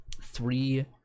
three